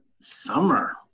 summer